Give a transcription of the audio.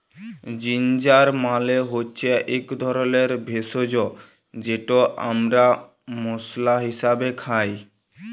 ginger মালে হচ্যে ইক ধরলের ভেষজ যেট আমরা মশলা হিসাবে খাই